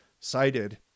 cited